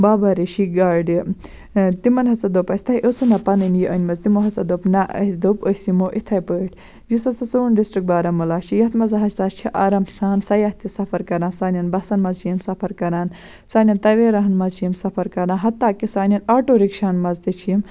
باباریٖشی گاڑِ تِمَن ہَسا دوٚپ اَسہِ تۄہہِ ٲسٕو نہ پَنٕنۍ یہِ أنۍ مٕژ تِمو ہَسا دوٚپ نہ اَسہِ دوٚپ أسۍ یِمو اِتھَے پٲٹھۍ یُس ہَسا سون ڈِسٹِرٛک بارہمولہ چھِ یَتھ منٛز ہَسا چھِ آرام سان سیاح تہِ سفر کَران سانٮ۪ن بَسَن منٛز چھِ یِم سفر کَران سانٮ۪ن تویراہَن منٛز چھِ یِم سفر کَران ہَتا کہِ سانٮ۪ن آٹو رِکشاہَن منٛز تہِ چھِ یِم